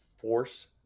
force